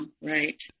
right